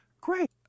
Great